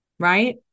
Right